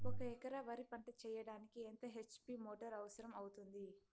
ఒక ఎకరా వరి పంట చెయ్యడానికి ఎంత హెచ్.పి మోటారు అవసరం అవుతుంది?